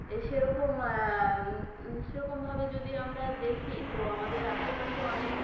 এ সেরকম সেরকমভাবে যদি আমরা দেখি তো আমাদের আশেপাশে অনেক